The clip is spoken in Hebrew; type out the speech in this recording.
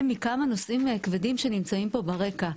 מכמה נושאים כבדים שנמצאים פה ברקע.